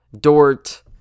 Dort